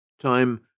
Time